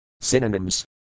Synonyms